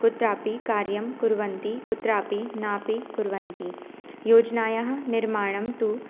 कुत्रापि कार्यं कुर्वन्ति कुत्रापि नापि कुर्वन्ति योजनायाः निर्माणन्तु